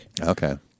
Okay